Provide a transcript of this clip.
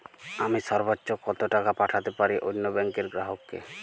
আমি সর্বোচ্চ কতো টাকা পাঠাতে পারি অন্য ব্যাংক র গ্রাহক কে?